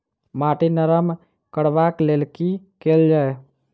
माटि नरम करबाक लेल की केल जाय?